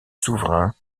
souverain